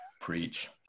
Preach